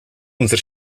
unser